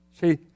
See